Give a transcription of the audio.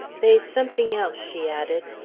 they's something else, she added,